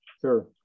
sure